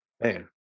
man